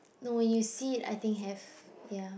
no you see it I think have ya